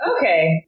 Okay